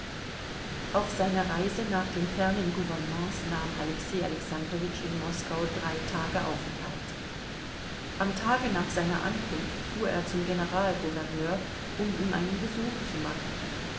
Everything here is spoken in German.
auf seiner reise nach den fernen gouvernements nahm alexei alexandrowitsch in moskau drei tage aufenthalt am tage nach seiner ankunft fuhr er zum generalgouverneur um ihm einen besuch zu machen